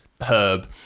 Herb